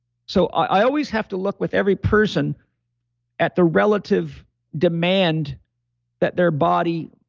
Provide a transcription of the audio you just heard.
so, i always have to look with every person at the relative demand that their body,